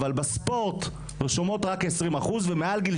אבל בספורט ברשומות רק 20%. ומעל גיל